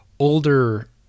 Older